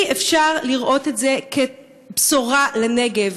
אי-אפשר לראות את זה כבשורה לנגב,